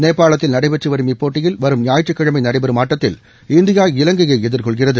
நேபாளத்தில் நடைபெற்று வரும் இப்போட்டியில் வரும் ஞாயிற்றுக் கிழமை நடைபெறும் ஆட்டத்தில் இந்தியா இலங்கையை எதிர்கொள்கிறது